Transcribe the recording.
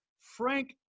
Frank